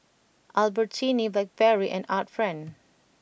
Albertini Blackberry and Art Friend